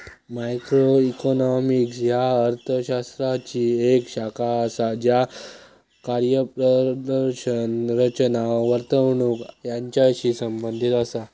macroeconomics ह्या अर्थ शास्त्राची येक शाखा असा ज्या कार्यप्रदर्शन, रचना, वर्तणूक यांचाशी संबंधित असा